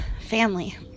Family